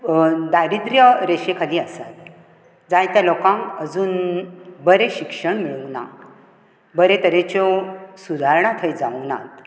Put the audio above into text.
दारिद्र रेशे खाली आसात जाय त्या लोकांक अजून बरें शिक्षण मेळूंक ना बरे तरेच्यो सुदारणा थंय जावंक नात